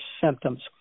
symptoms